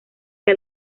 que